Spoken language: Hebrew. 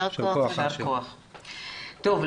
טוב.